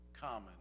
common